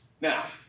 Now